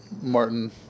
Martin